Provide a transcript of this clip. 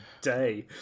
day